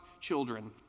children